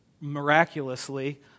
miraculously